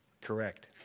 Correct